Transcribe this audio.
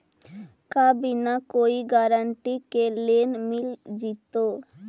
का बिना कोई गारंटी के लोन मिल जीईतै?